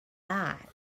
bite